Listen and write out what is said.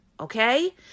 Okay